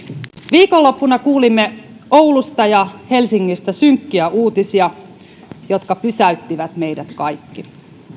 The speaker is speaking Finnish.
viikonloppuna kuulimme oulusta ja helsingistä synkkiä uutisia jotka pysäyttivät meidät kaikki